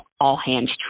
all-hands